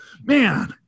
Man